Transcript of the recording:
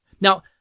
Now